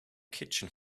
kitchen